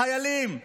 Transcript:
חיילים,